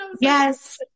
Yes